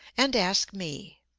and ask me.